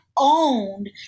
owned